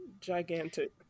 Gigantic